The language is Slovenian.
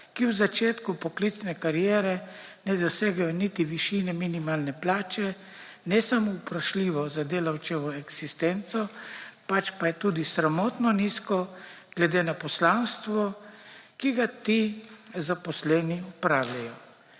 ki v začetku poklicne kariere ne dosegajo niti višine minimalne plače, ne samo vprašljivo za delavčevo eksistenco, pač pa je tudi sramotno nizko glede na poslanstvo, ki ga ti zaposleni opravljajo.